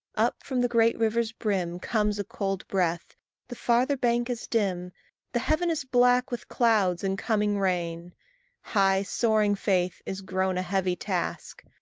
up from the great river's brim comes a cold breath the farther bank is dim the heaven is black with clouds and coming rain high soaring faith is grown a heavy task,